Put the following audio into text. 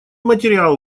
материал